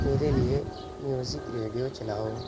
میرے لیے music radio چلاؤ